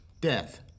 Death